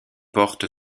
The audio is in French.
porte